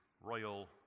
royal